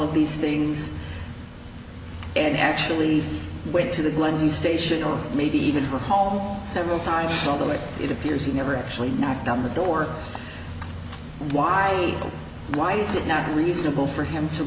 of these things and actually went to the glen new station or maybe even her home several times although it appears he never actually knocked on the door why why is it not reasonable for him to